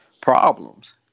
problems